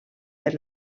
per